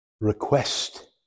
request